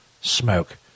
smoke